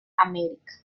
america